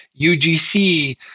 UGC